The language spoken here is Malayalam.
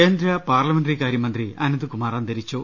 കേന്ദ്ര പാർലമെന്ററികാര്യ മന്ത്രി അനന്ത്കുമാർ അന്തരിച്ചു